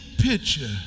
picture